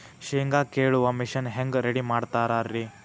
ಶೇಂಗಾ ಕೇಳುವ ಮಿಷನ್ ಹೆಂಗ್ ರೆಡಿ ಮಾಡತಾರ ರಿ?